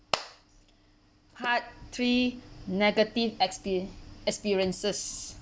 part three negative exper~ experiences